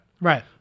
Right